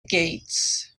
gates